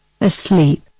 asleep